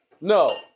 no